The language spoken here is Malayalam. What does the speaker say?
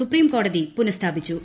സുപ്രീംകോടതി പുനസ്ഥാപിച്ചു